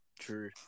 True